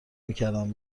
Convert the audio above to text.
میکردم